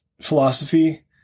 philosophy